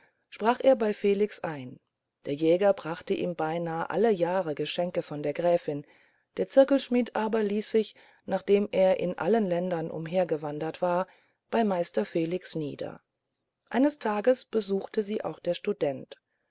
sprach er bei felix ein der jäger brachte ihm beinahe alle jahre geschenke von der gräfin der zirkelschmidt aber ließ sich nachdem er in allen ländern umhergewandert war bei meister felix nieder eines tages besuchte sie auch der student